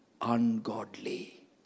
ungodly